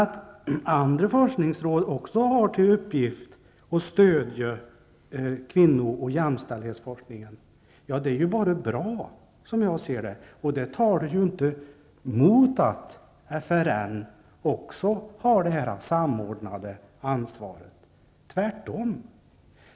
Att andra forskningsråd också har till uppgift att stödja kvinno och jämställdhetsforskningen är bara bra, som jag ser det, och talar inte mot att FRN också har detta samordnande ansvar, tvärtom.